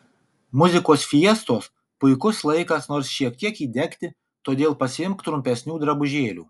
muzikos fiestos puikus laikas nors šiek tiek įdegti todėl pasiimk trumpesnių drabužėlių